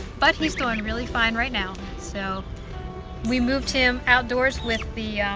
but he's doing really fine right now so we moved him outdoors with the